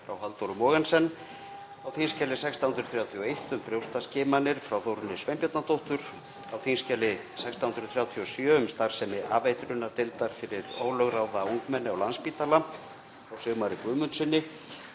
frá Halldóru Mogensen, á þskj. 1631, um brjóstaskimanir, frá Þórunni Sveinbjarnardóttur, á þskj. 1637, um starfsemi afeitrunardeildar fyrir ólögráða ungmenni á Landspítala, frá Sigmari Guðmundssyni,